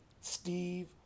Steve